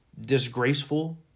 disgraceful